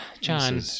John